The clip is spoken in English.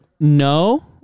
No